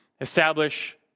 establish